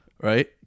right